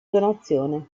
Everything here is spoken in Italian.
donazione